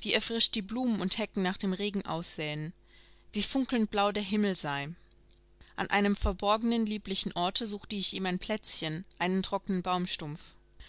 wie erfrischt die blumen und hecken nach dem regen aussähen wie funkelnd blau der himmel sei an einem verborgenen lieblichen orte suchte ich ihm ein plätzchen einen trockenen baumstumpf